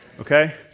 okay